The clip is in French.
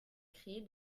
créer